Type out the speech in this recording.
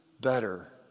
better